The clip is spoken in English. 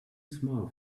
small